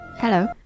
Hello